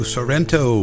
Sorrento